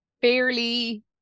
fairly